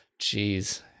Jeez